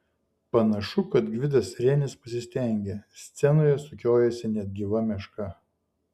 panašu kad gvidas renis pasistengė scenoje sukiojasi net gyva meška